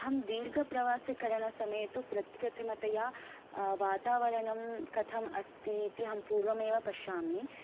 अहं दीर्घप्रवासकरणसमये तु प्रप्रथमतया वातावरणं कथम् अस्ति इति अहं पूर्वमेव पश्यामि